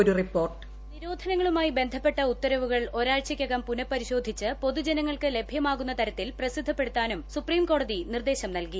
ഒരു report voice നിരോധനങ്ങളുമായി ബന്ധപ്പെട്ട ഉത്തരവുകൾ ഒരാഴ്ചയ്ക്കകം പുനഃപരിശോധിച്ച് പൊതുജനങ്ങൾക്ക് ലഭ്യമാകുന്ന തരത്തിൽ പ്രസിദ്ധപ്പെടുത്താനും സുപ്രീംകോടതി നിർദ്ദേശം നൽകി